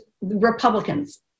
Republicans